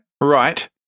Right